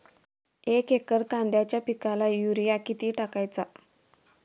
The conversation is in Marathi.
एक एकर कांद्याच्या पिकाला युरिया किती टाकायचा?